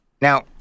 now